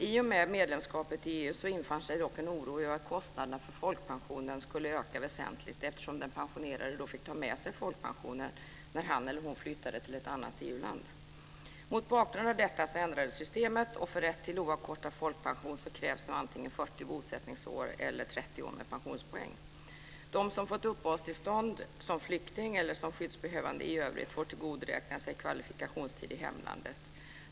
I och med medlemskapet i EU infann sig dock en oro över att kostnaderna för folkpensionen skulle öka väsentligt, eftersom den pensionerade fick ta med sig folkpensionen när han eller hon flyttade till ett annat EU-land. Mot bakgrund av detta ändrades systemet. För rätt till oavkortad folkpension krävs nu antingen 40 bosättningsår eller 30 år med pensionspoäng. Den som fått uppehållstillstånd som flykting eller som skyddsbehövande i övrigt får tillgodoräkna sig kvalifikationstid i hemlandet.